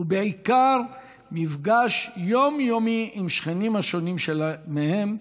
ובעיקר, מפגש יומיומי עם שכנים השונים מהם,